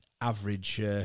average